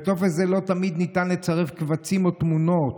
בטופס זה לא תמיד ניתן לצרף קבצים או תמונות,